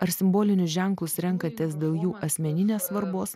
ar simbolinius ženklus renkatės dėl jų asmeninės svarbos